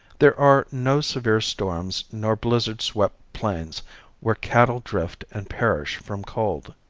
there are no severe storms nor blizzard swept plains where cattle drift and perish from cold.